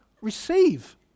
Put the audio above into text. Receive